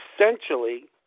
essentially